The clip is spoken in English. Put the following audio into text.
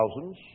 thousands